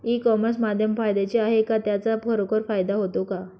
E commerce माध्यम फायद्याचे आहे का? त्याचा खरोखर फायदा होतो का?